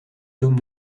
tomes